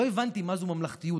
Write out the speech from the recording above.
לא הבנתי מהי ממלכתיות,